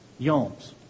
yoms